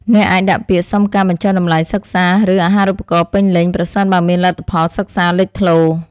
អ្នកអាចដាក់ពាក្យសុំការបញ្ចុះតម្លៃសិក្សាឬអាហារូបករណ៍ពេញលេញប្រសិនបើមានលទ្ធផលសិក្សាលេចធ្លោ។